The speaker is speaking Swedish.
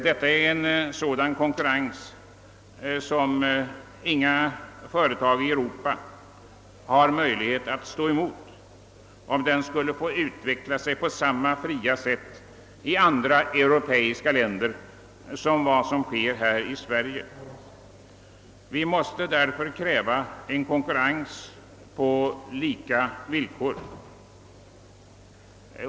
Om denna konkurrens skulle få utveckla sig på samma fria sätt i andra europeiska länder som den gör här i Sverige, har inget företag ute i Europa möjlighet att stå emot den. Vi måste därför kräva en konkurrens på lika villkor.